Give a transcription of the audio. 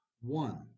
One